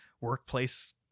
workplace